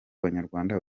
banyarwanda